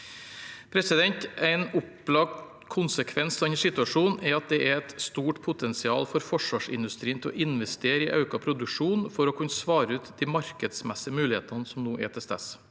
beredskap. En opplagt konsekvens av denne situasjonen er at det er et stort potensial for forsvarsindustrien til å investere i økt produksjon for å kunne svare ut de markedsmessige mulighetene som nå er til stede.